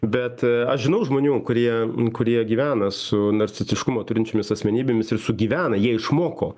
bet aš žinau žmonių kurie kurie gyvena su narcistiškumo turinčiomis asmenybėmis ir sugyvena jie išmoko